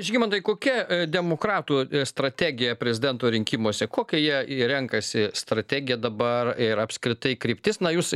žygimantai kokia demokratų strategija prezidento rinkimuose kokią jie renkasi strategiją dabar ir apskritai kryptis na jūs